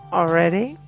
already